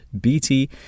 BT